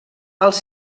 els